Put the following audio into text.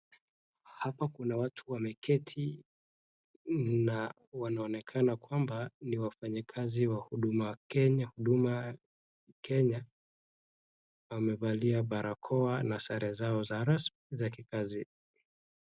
Hapa kuna watu wameketi na wanaonekana kwamba ni wafanyakazi wa huduma Kenya na wamevalia barakoa na sare zao rasmi.